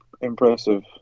impressive